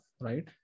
right